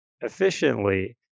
efficiently